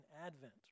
Advent